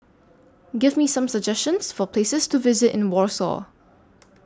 Give Me Some suggestions For Places to visit in Warsaw